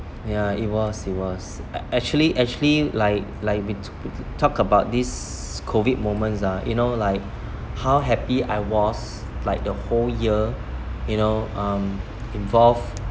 ya it was it was actually actually like like we to talk about this COVID moments ah you know like how happy I was like the whole year you know um involved